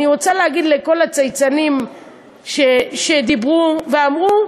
אני רוצה להגיד לכל הצייצנים שדיברו ואמרו,